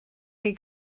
chi